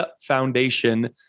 foundation